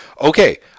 okay